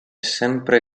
sempre